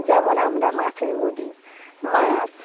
যেমন আমরা মাছেরে বলি মাছ